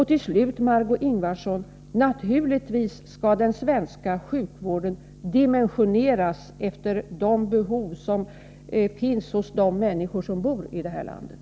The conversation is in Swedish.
Till slut, Margé Ingvardsson: Naturligtvis skall den svenska sjukvården dimensioneras efter de behov som de människor har som bor i det här landet.